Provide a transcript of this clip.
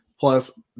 Plus